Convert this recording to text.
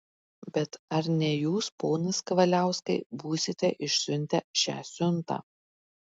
bet ar ne jūs ponas kavaliauskai būsite išsiuntę šią siuntą